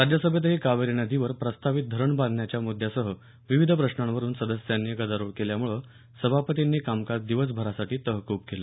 राज्य सभेतही कावेरी नदीवर प्रस्तावित धरण बांधण्याच्या मुद्यासह विविध प्रश्नावरून सदस्यांनी गदारोळ केल्याम्ळे सभापतींनी कामकाज दिवसभरासाठी तहकूब केलं